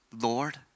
Lord